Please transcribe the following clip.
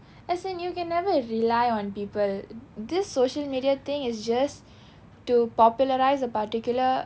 as in you can never if you rely on people this social media thing is just to popularize a particular